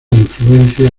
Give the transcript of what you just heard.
influencia